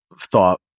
thought